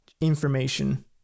information